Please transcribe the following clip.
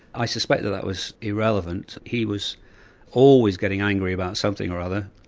i suspect that that was irrelevant. he was always getting angry about something or other,